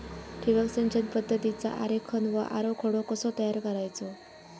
ठिबक सिंचन पद्धतीचा आरेखन व आराखडो कसो तयार करायचो?